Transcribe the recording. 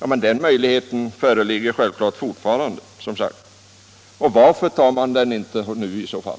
Men den möjligheten föreligger som sagt fortfarande. Varför tar ni i så fall inte vara på den nu?